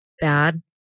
bad